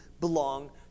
belong